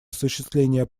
осуществление